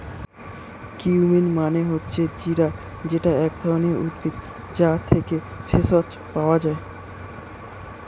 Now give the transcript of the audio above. cumin মানে হচ্ছে জিরা যেটা এক ধরণের উদ্ভিদ, যা থেকে ভেষজ পাওয়া যায়